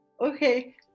Okay